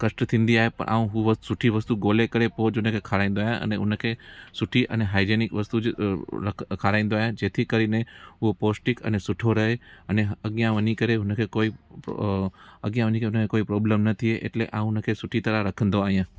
कष्ट थींदी आहे प ऐं हुअ सुठी वस्तु ॻोल्हे करे पोइ उनखे खाराईंदो आहियां अने उनखे सुठी अने हाइजीनिक वस्तु जी खाराईंदो आहियां जेथी काई नी उहो पोष्टिक अने सुठो रहे अने अॻिया वञी करे उनखे कोई अॻिया वञी उनखे कोई प्रोब्लम न थिए एटले मां उनखे सुठी तरह रखंदो आहियां